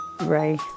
Ray